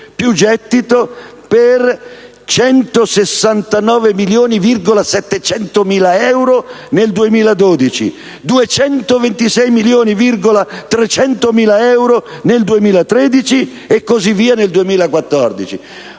più gettito per 169,7 milioni di euro nel 2012, 226,3 milioni di euro nel 2013 e così via nel 2014.